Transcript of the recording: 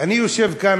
אני יושב כאן,